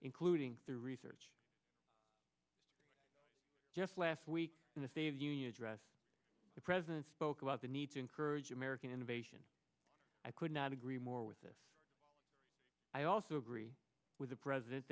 including the research just last week in the state of the union address the president spoke about the need to encourage american innovation i could not agree more with this i also agree with the president